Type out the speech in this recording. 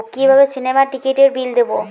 কিভাবে সিনেমার টিকিটের বিল দেবো?